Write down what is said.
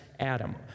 Adam